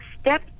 step